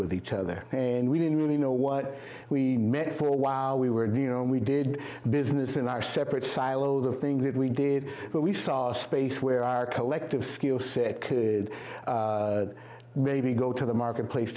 with each other and we didn't really know what we meant for a while we were doing and we did business in our separate silos of things that we did but we saw a space where our collective skill set could maybe go to the marketplace